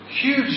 huge